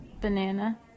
banana